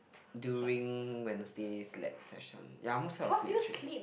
during Wednesday's lab session ya I almost fell asleep actually